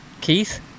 Keith